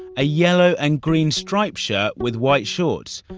a yellow and green striped shirt with white shorts,